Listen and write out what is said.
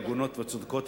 הגונות וצודקות,